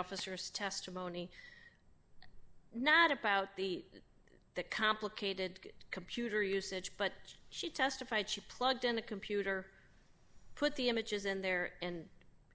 officers testimony not about the complicated computer usage but she testified she plugged in the computer put the images in there and